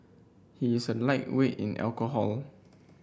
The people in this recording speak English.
he is a lightweight in alcohol